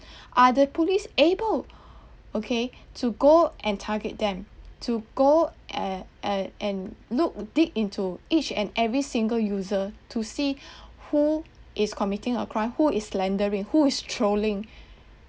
are the police able okay to go and target them to go a~ a~ and look dig into each and every single user to see who is committing a crime who slandering who is trolling